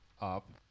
up